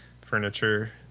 furniture